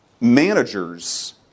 managers